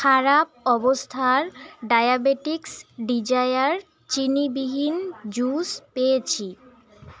খারাপ অবস্থার diabetics desire চিনিবিহীন জুস পেয়েছি